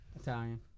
Italian